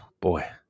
Boy